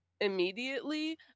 immediately